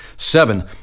Seven